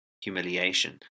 humiliation